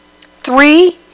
Three